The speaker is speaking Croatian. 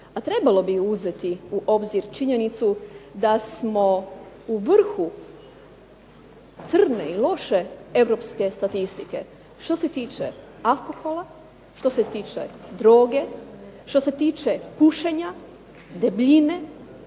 A trebalo bi uzeti u obzir činjenicu da smo u vrhu crne i loše europske statistike što se tiče alkohola, što se tiče droge, što se tiče pušenja, debljine,